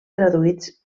traduïts